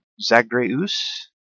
Zagreus